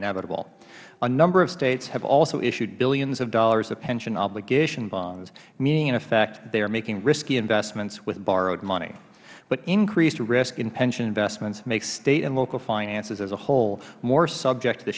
inevitable a number of states have also issued billions of dollars of pension obligation bonds meaning in effect they are making risky investments with borrowed money but increased risk in pension investments make state and local finances as a whole more subject to the